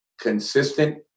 Consistent